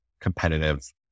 competitive